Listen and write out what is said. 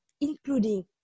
including